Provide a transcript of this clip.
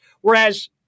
Whereas